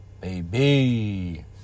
baby